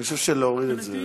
אני חושב שלהוריד את זה.